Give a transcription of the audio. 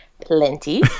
plenty